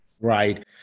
Right